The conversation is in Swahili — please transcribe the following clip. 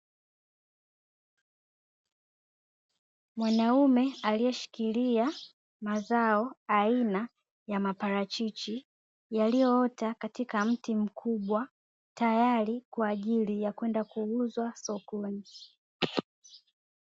Mwanaume aliyeshikilia mazao aina ya maparachichi, yaliyoota katika mti mkubwa tayari kwa ajili ya kwenda kuuzwa sokoni.